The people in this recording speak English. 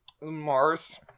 Mars